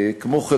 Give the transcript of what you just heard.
כמו כן,